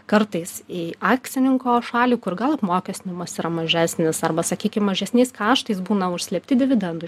kartais į akcininko šalį kur gal apmokestinimas yra mažesnis arba sakykim mažesniais kaštais būna užslėpti dividendų